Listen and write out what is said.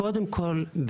קודם כול,